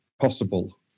possible